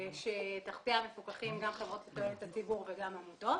שתחתיה מסופחות גם חברות לתועלת הציבור וגם מוסדות.